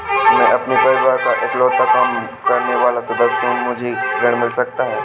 मैं अपने परिवार का इकलौता कमाने वाला सदस्य हूँ क्या मुझे ऋण मिल सकता है?